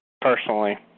Personally